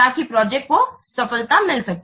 ताकि प्रोजेक्ट को सफलता मिल सके